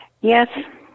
yes